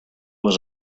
was